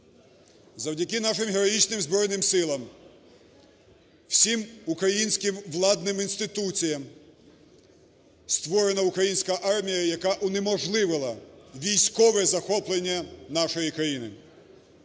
Завдяки нашим героїчним Збройним Силам, всім українським владним інституціям створена українська армія, яка унеможливила військове захоплення нашої країни.